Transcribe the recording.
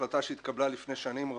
החלטה שהתקבלה לפני שנים רבות.